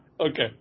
okay